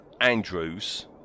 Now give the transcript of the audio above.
Andrews